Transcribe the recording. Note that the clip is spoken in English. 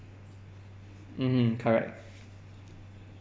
mmhmm correct